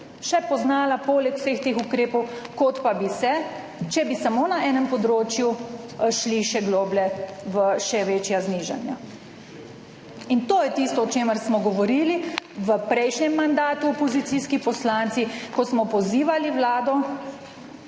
poznala poleg vseh teh ukrepov, kot pa bi se, če bi samo na enem področju šli še globje v še večja znižanja. In to je tisto, o čemer smo govorili v prejšnjem mandatu opozicijski poslanci, ko smo pozivali vlado,